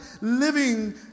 living